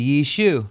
Yishu